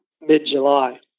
mid-July